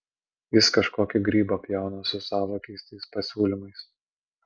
jis kažkokį grybą pjauna su savo keistais pasiūlymais